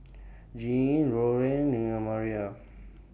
Jeanne Lorene Mariah